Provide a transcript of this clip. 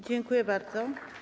Dziękuję bardzo.